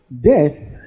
death